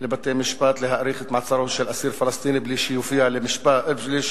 לבתי-משפט להאריך את מעצרו של אסיר פלסטיני בלי שיופיע בבית-המשפט,